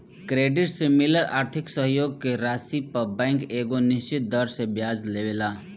credit से मिलल आर्थिक सहयोग के राशि पर बैंक एगो निश्चित दर से ब्याज लेवेला